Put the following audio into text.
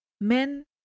Men